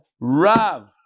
Rav